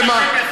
ומה?